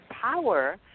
power